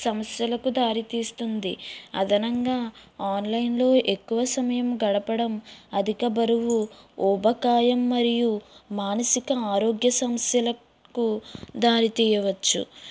సమస్యలకు దారితీస్తుంది అదనంగా ఆన్లైన్లో ఎక్కువ సమయం గడపడం అధిక బరువు ఊబకాయం మరియు మానసిక ఆరోగ్య సమస్యలకు దారి తీయవచ్చు